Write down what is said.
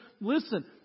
listen